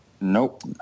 nope